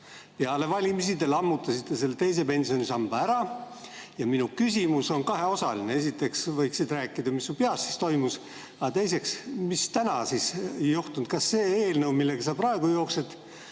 Peale valimisi te lammutasite teise pensionisamba ära. Minu küsimus on kaheosaline. Esiteks võiksid sa rääkida, mis su peas siis toimus. Aga teiseks, mis täna on juhtunud: kas see eelnõu, millega sa praegu jooksed